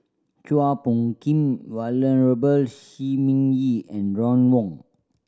Chua Phung Kim Venerable Shi Ming Yi and Ron Wong